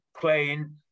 playing